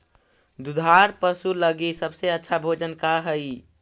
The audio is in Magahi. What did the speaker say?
दुधार पशु लगीं सबसे अच्छा भोजन का हई?